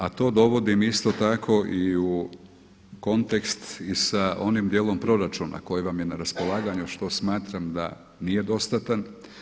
A to dovodim isto tako i u kontekst i sa onim dijelom proračuna koji vam je na raspolaganju što smatram da nije dostatan.